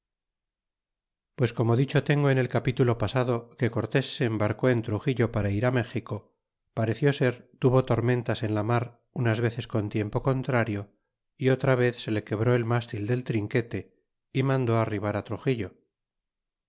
pues como dicho tengo en el capitulo pasado que cortés se embarcó en truxillo para ir a méxico pareció ser tuvo tormentas en la mar unas veces con tiempo contrario é otra vez se le quebró el mstil del trinquete y mandé arribar truxillo